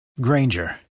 Granger